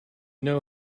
know